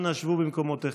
אנא שבו במקומותיכם.